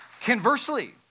conversely